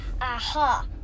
Aha